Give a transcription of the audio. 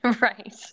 Right